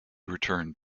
returned